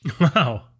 Wow